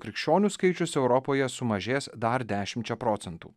krikščionių skaičius europoje sumažės dar dešimčia procentų